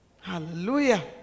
Hallelujah